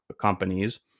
companies